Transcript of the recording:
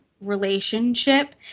relationship